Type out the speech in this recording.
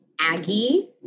Aggie